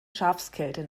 schafskälte